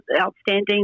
outstanding